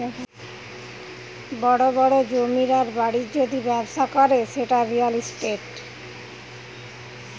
বড় বড় জমির আর বাড়ির যদি ব্যবসা করে সেটা রিয়্যাল ইস্টেট